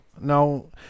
no